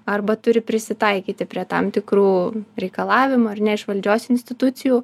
arba turi prisitaikyti prie tam tikrų reikalavimų ar ne iš valdžios institucijų